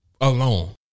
Alone